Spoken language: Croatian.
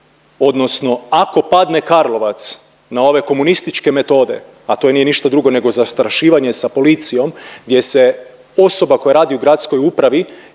odnosno ako padne Karlovac na ove komunističke metode, a to nije ništa drugo nego zastrašivanje sa policijom, gdje se osoba koja radi u gradskoj upravi